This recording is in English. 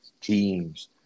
teams